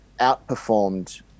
outperformed